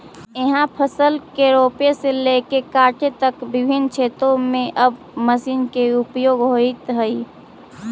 इहाँ फसल के रोपे से लेके काटे तक विभिन्न क्षेत्र में अब मशीन के उपयोग होइत हइ